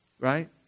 right